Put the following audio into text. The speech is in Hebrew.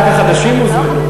רק החדשים הוזמנו?